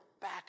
back